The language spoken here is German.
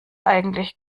eigentlich